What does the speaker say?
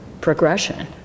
progression